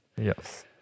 Yes